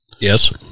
Yes